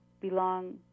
belong